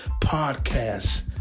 podcast